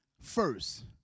first